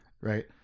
Right